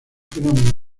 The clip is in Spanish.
fenómeno